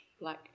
black